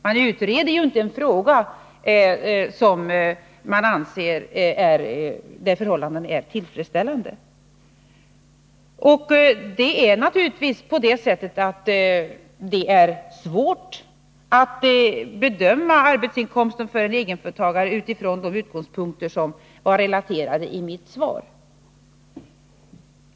Man utreder ju inte en fråga om man anser att förhållandena är tillfredsställande. Det är naturligtvis svårt att bedöma arbetsinkomsten för en egenföretagare utifrån de utgångspunkter som relaterades i mitt svar.